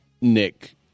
nick